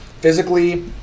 physically